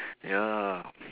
ya